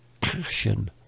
passion